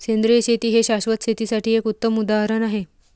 सेंद्रिय शेती हे शाश्वत शेतीसाठी एक उत्तम उदाहरण आहे